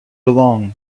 along